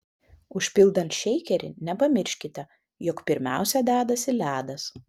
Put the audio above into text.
užpildant šeikerį nepamirškite jog pirmiausia dedasi ledas